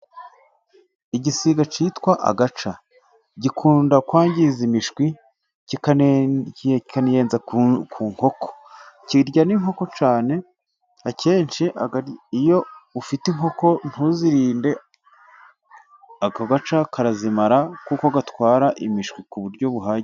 Igisiga cyitwa agaca gikunda kwangiza imishwi kikaniyenza ku nkoko. Kirya ni inkoko cyane akenshi iyo ufite inkoko ntuzirinde aka gaca karazimara kuko gatwara imishwi ku buryo buhagije.